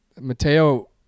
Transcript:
mateo